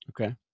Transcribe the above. okay